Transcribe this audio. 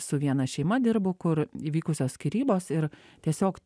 su viena šeima dirbu kur įvykusios skyrybos ir tiesiog